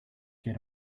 get